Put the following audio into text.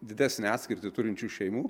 didesnę atskirtį turinčių šeimų